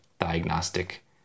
diagnostic